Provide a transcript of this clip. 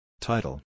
Title